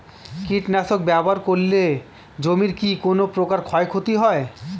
কীটনাশক ব্যাবহার করলে জমির কী কোন প্রকার ক্ষয় ক্ষতি হয়?